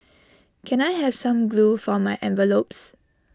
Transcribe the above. can I have some glue for my envelopes